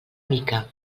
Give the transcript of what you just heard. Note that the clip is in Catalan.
mica